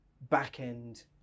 back-end